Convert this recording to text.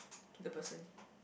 to the person